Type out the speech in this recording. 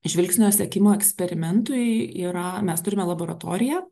žvilgsnio sekimo eksperimentui yra mes turime laboratoriją